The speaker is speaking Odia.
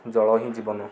ଜଳ ହିଁ ଜୀବନ